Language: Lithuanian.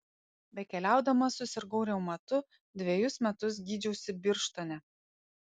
bekeliaudamas susirgau reumatu dvejus metus gydžiausi birštone